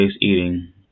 eating